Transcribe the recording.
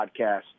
podcast